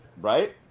right